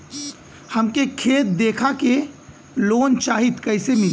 हमके खेत देखा के लोन चाहीत कईसे मिली?